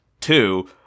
two